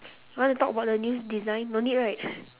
want to talk about the news design no need right